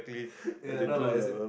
ya no lah as in